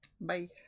bye